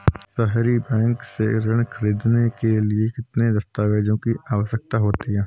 सहरी बैंक से ऋण ख़रीदने के लिए किन दस्तावेजों की आवश्यकता होती है?